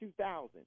2000